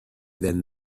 than